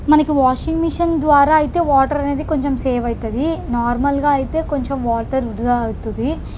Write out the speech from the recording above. మనకి washing machine ద్వారా అయితే వాటర్ అనేది కొంచెం సేవ్ అవుతుంది నార్మల్గా అయితే కొంచెం వాటర్ వృధా అవుతుంది